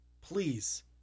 Please